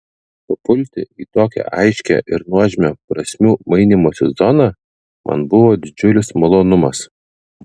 papulti į tokią aiškią ir nuožmią prasmių mainymosi zoną man buvo didžiulis malonumas